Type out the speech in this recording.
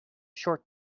short